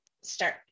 start